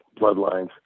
bloodlines